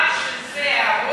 עד שזה יעבוד,